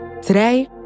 Today